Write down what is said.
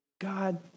God